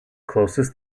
closest